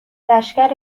لشکر